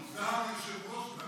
ועדה, מה אתם רוצים?